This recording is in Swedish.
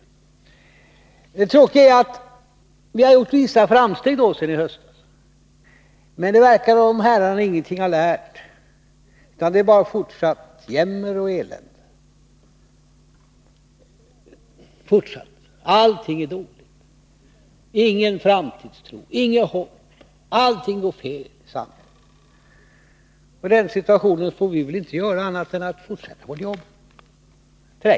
Det tråkiga för er är att vi har gjort vissa framsteg sedan i höstas, men det verkar som om herrarna ingenting har lärt, utan det är bara fortsatt jämmer och elände, allting är dåligt. Det finns ingen framtidstro, inget hopp, utan allting i samhället går fel. I den situationen får vi väl inte göra annat än fortsätta vårt arbete och göra det färdigt.